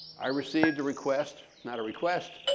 i received a request not a request,